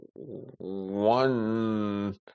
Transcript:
One